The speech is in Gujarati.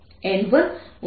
33 1